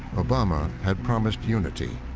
obama had promised unity,